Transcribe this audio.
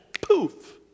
Poof